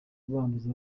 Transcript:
banduza